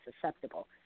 susceptible